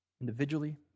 individually